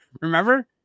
Remember